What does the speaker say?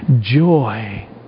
joy